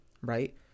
right